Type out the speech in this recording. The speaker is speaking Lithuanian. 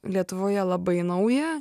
lietuvoje labai nauja